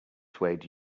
swayed